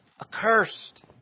accursed